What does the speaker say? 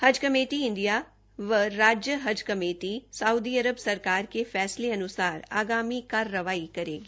हज committee India व राज्य हज कमेटी साउदी अरब सरकार के फैसले अन्सार आगामी कार्यवाही करेगी